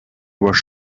was